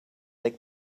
they